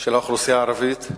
של האוכלוסייה הערבית,